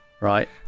right